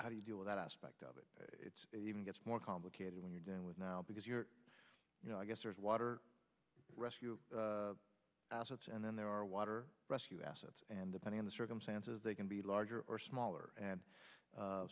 how do you deal with that aspect of it it's even gets more complicated when you're dealing with now because you're you know i guess there's water rescue assets and then there are water rescue assets and depending on the circumstances they can be larger or smaller and